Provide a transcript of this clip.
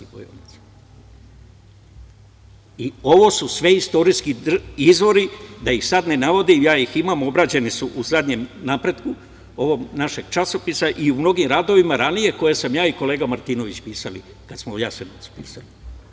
Ovo su sve istorijski izvori da ih sada ne navodim, ja ih imam, obrađene su u zadnjem „Napretku“ ovog našeg časopisa i u mnogim radovima ranije koje sam ja i kolega Martinović pisali kada smo o Jasenovcu pisali.